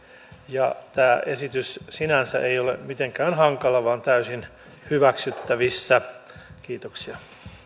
ja tämä esitys sinänsä ei ole mitenkään hankala vaan täysin hyväksyttävissä kiitoksia